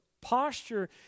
posture